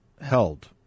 held